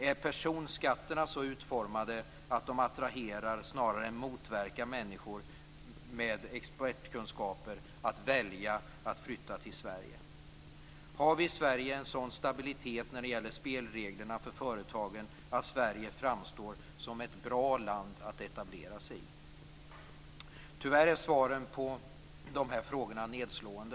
Är personskatterna så utformade att de attraherar människor med expertkunskaper att välja att flytta till Sverige snarare än att motverka detta? Har vi i Sverige en sådan stabilitet när det gäller spelreglerna för företagen att Sverige framstår som ett bra land att etablera sig i? Tyvärr är svaren på de här frågorna nedslående.